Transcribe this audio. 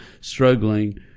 struggling